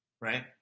right